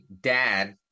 dad